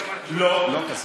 לא, לא מכסה.